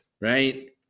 right